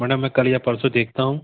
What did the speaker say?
madam मैं कल या परसों देखता हूँ